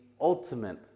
ultimate